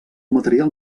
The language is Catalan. material